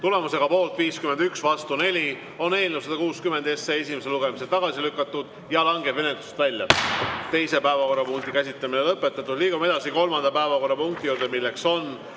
Tulemusega poolt 51, vastu 4, on eelnõu 160 esimesel lugemisel tagasi lükatud ja langeb menetlusest välja. Teise päevakorrapunkti käsitlemine on lõpetatud. Liigume edasi kolmanda päevakorrapunkti juurde, milleks on